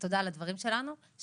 תודה על הדברים שלך.